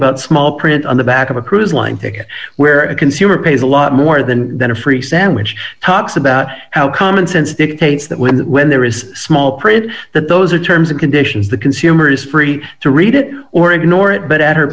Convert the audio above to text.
about small print on the back of a cruise line where a consumer pays a lot more than then a free sandwich tox about how common sense dictates that when that when there is small print that those are terms and conditions the consumer is free to read it or ignore it but at her